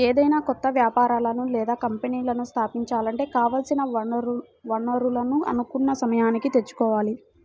ఏదైనా కొత్త వ్యాపారాలను లేదా కంపెనీలను స్థాపించాలంటే కావాల్సిన వనరులను అనుకున్న సమయానికి తెచ్చుకోవాలి